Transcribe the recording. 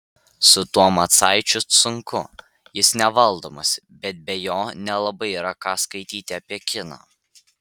su tuo macaičiu sunku jis nevaldomas bet be jo nelabai yra ką skaityti apie kiną